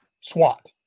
SWAT